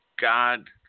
God